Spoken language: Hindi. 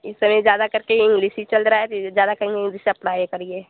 इस समय ज़्यादा करके इंग्लिस ही चल रहा है ज़्यादा इंग्लिसे आप पढ़ाया करिए